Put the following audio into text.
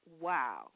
Wow